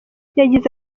yagize